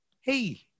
hey